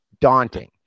daunting